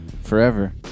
forever